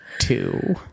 two